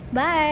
Bye